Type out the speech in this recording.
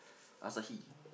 Asahi